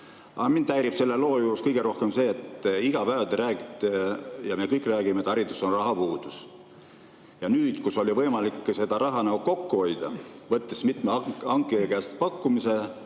Aga mind häirib selle loo juures kõige rohkem see, et iga päev te räägite – ja me kõik räägime –, et hariduses on rahapuudus. Ja nüüd oli võimalik raha kokku hoida, võttes mitme hankija käest pakkumise.